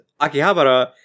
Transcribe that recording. Akihabara